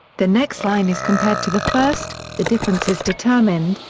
the next line is compared to the first, the differences determined,